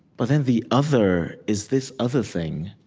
but then the other is this other thing